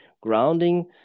Grounding